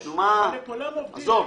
הרי כולם עובדים.